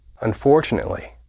Unfortunately